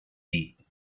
feet